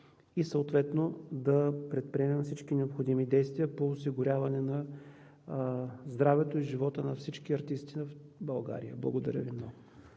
съответно да предприемем всички необходими действия по осигуряване на здравето и живота на всички артисти в България. Благодаря Ви много.